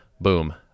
boom